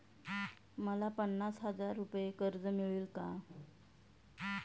मला पन्नास हजार रुपये कर्ज मिळेल का?